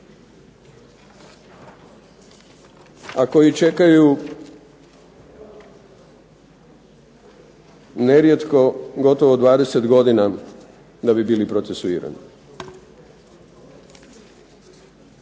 a koji čekaju nerijetko gotovo 20 godina da bi bili procesuirani,